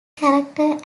character